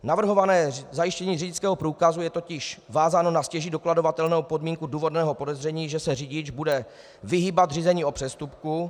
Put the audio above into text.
Navrhované zajištění řidičského průkazu je totiž vázáno na stěží dokladovatelnou podmínku důvodného podezření, že se řidič bude vyhýbat řízení o přestupku.